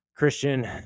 Christian